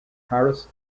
harris